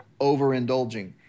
overindulging